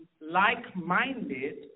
like-minded